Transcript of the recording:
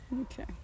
okay